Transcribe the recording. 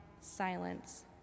silence